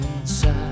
inside